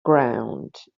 ground